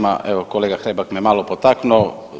Ma evo, kolega Hrebak me malo potaknuo.